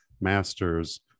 master's